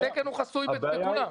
התקן הוא חסוי לכולם.